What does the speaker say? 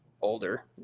older